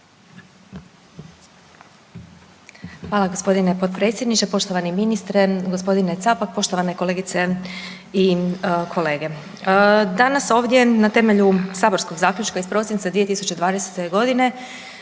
Hvala g. potpredsjedniče, poštovani ministre, gospodine Capak, poštovane kolegice i kolege. Danas ovdje na temelju saborskog zaključka iz prosinca 2020. g.